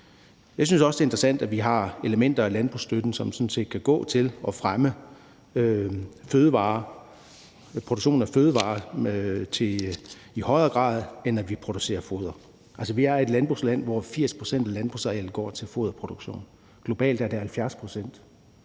Jeg synes også, det er interessant, at vi har elementer af landbrugsstøtten, som sådan set kan gå til at fremme, at vi i højere grad producerer fødevarer end foder. Altså, vi er et landbrugsland, hvor 80 pct. af landbrugsarealet går til foderproduktion. Globalt er det 70 pct.